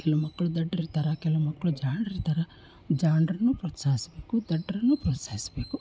ಕೆಲವು ಮಕ್ಕಳು ದಡ್ರಿರ್ತಾರೆ ಕೆಲವು ಮಕ್ಳು ಜಾಣ್ರಿರ್ತಾರೆ ಜಾಣರನ್ನೂ ಪ್ರೋತ್ಸಾಹಿಸಬೇಕು ದಡ್ಡರನ್ನೂ ಪ್ರೋತ್ಸಾಹಿಸಬೇಕು